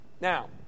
Now